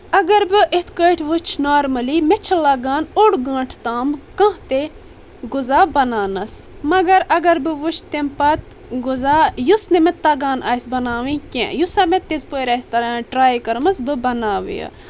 اگر بہٕ اِتھ کٲٹھۍ وٕچھ نارملی مےٚ چھِ لگان اوٚڑ گنٛٹہٕ تام کانٛہہ تہِ غُذا بناونس مگر اگر بہٕ وٕچھ تَمہِ پتہٕ غُذا یُس نہٕ مےٚ تگان آسہِ بناوٕنۍ کینٛہہ یُس سا مےٚ تِتھ پٲٹھۍ آسہِ تران ٹراے کٔرمٕژ بہٕ بناو یہِ